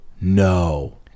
No